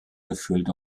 gefüllt